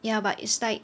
ya but it's like